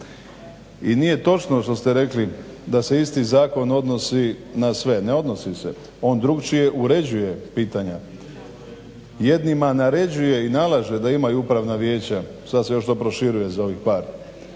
I nije točno što ste rekli da se isti zakon odnosi na sve, ne odnosi se. On drukčije uređuje pitanja, jednima naređuje i nalaže da imaju kulturna vijeća, sad se još to proširuje za ovih par,